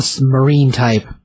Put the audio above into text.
marine-type